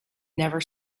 never